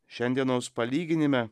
šiandienos palyginime